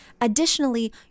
additionally